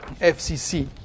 FCC